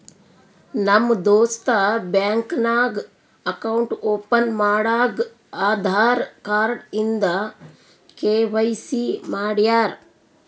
ನಮ್ ದೋಸ್ತ ಬ್ಯಾಂಕ್ ನಾಗ್ ಅಕೌಂಟ್ ಓಪನ್ ಮಾಡಾಗ್ ಆಧಾರ್ ಕಾರ್ಡ್ ಇಂದ ಕೆ.ವೈ.ಸಿ ಮಾಡ್ಯಾರ್